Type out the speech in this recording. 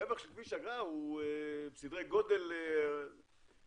הרווח של כביש אגרה הוא בסדרי גודל לכן